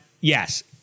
yes